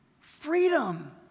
Freedom